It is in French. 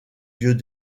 vieux